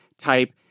type